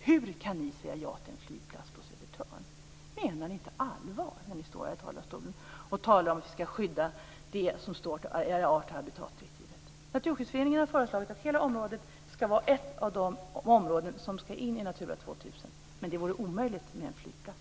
Hur kan ni i Folkpartiet säga ja till en flygplats på Södertörn? Menar ni inte allvar när ni här i talarstolen säger att vi ska skydda det som står i art och habitatdirektivet? Naturskyddsföreningen har föreslagit att hela området ska vara ett av de områden som ska in i Natura 2000. Det vore omöjligt med en flygplats.